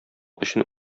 өчен